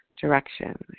direction